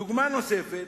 דוגמה נוספת,